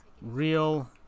real